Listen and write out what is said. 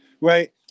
right